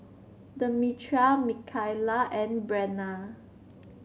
Demetria Mikaila and Brenna